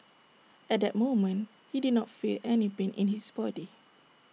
at that moment he did not feel any pain in his body